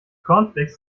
cornflakes